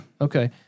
Okay